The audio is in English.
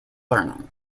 learning